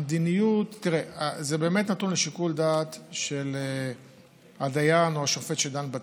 זה באמת נתון לשיקול הדעת של הדיין או השופט שדן בתיק,